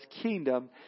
kingdom